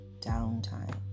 downtime